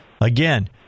Again